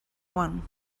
one